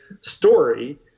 story